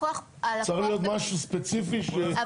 צריך להיות משהו ספציפי, ידיעה ספציפית.